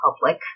public